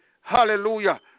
Hallelujah